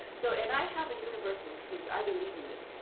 so, and i have a universal truth. i believe in this.